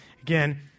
Again